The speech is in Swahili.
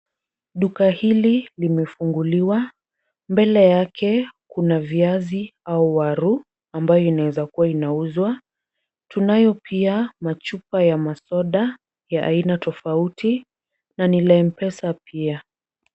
Duka hili limefunguliwa. Mbele yake kuna viazi au waru ambayo inaweza kuwa inauzwa. Tunayo pia machupa ya masoda ya aina tofauti na ni la Mpesa pia.